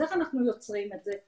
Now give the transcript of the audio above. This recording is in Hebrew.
אז איך אנחנו יוצרים את זה?